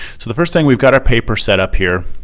so the first thing we've got our paper set up here.